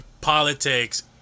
politics